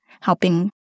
helping